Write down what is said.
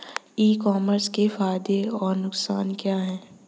ई commerce के फायदे और नुकसान क्या हैं?